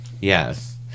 Yes